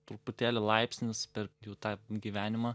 truputėlį laipsnis per jau tą gyvenimą